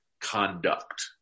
conduct